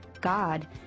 God